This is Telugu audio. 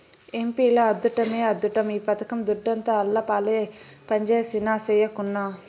ఎంపీల అద్దుట్టమే అద్దుట్టం ఈ పథకం దుడ్డంతా ఆళ్లపాలే పంజేసినా, సెయ్యకున్నా